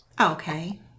Okay